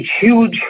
huge